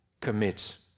commits